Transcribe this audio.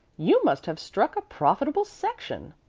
you must have struck a profitable section,